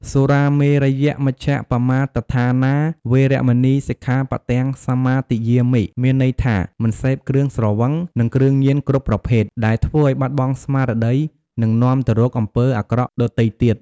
សុរាមេរយមជ្ជប្បមាទដ្ឋានា វេរមណី សិក្ខាបទំ សមាទិយាមិ មានន័យថា មិនសេពគ្រឿងស្រវឹង និងគ្រឿងញៀនគ្រប់ប្រភេទ ដែលធ្វើឲ្យបាត់បង់ស្មារតី និងនាំទៅរកអំពើអាក្រក់ដទៃទៀត។